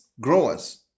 growers